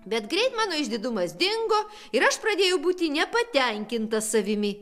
bet greit mano išdidumas dingo ir aš pradėjau būti nepatenkintas savimi